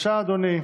בבקשה, אדוני.